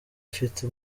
afite